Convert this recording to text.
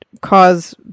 cause